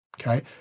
Okay